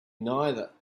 neither